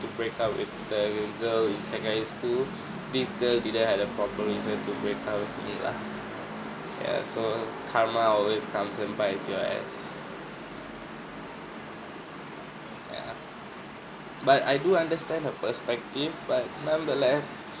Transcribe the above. to breakup with the girl in secondary school this girl didn't had a problem easier to breakup with me lah ya so karma always comes and bites your ass ya but I do understand her perspective but nonetheless